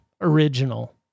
original